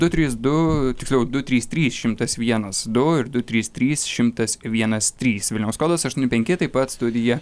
du trys du tiksliau du trys trys šimtas vienas du ir du trys trys šimtas vienas trys vilniaus kodas aštuoni penki taip pat studija